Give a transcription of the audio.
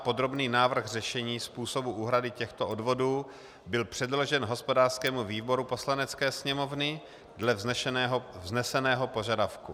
Podrobný návrh řešení způsobu úhrady těchto odvodů byl předložen hospodářskému výboru Poslanecké sněmovny dle vzneseného požadavku.